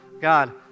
God